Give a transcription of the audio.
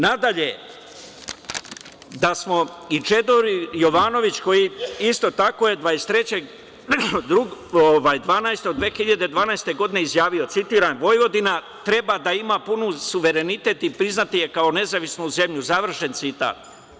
Nadalje, i Čedomir Jovanović je isto tako 12. decembra 2012. godine izjavio, citiram - Vojvodina treba da ima pun suverenitet i priznati je kao nezavisnu zemlju, završen citat.